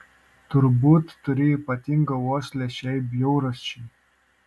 turbūt turi ypatingą uoslę šiai bjaurasčiai